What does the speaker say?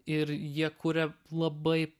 ir jie kuria labai